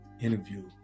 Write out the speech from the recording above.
interview